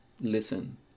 listen